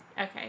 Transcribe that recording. Okay